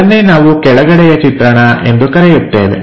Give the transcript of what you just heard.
ಇದನ್ನೇ ನಾವು ಕೆಳಗಡೆಯ ಚಿತ್ರಣ ಎಂದು ಕರೆಯುತ್ತೇವೆ